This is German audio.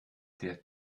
der